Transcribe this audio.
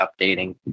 updating